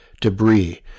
Debris